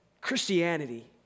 Christianity